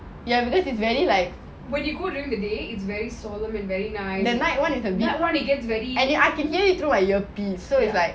ya because it's very like the night one is a bit and I can hear it through my earpiece so it's like